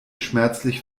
schmerzlich